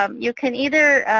um you can either,